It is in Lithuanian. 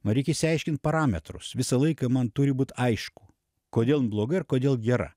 man reikia išsiaiškint parametrus visą laiką man turi būt aišku kodėl jin bloga ir kodėl gera